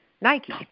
Nike